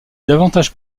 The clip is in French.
davantage